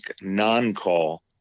non-call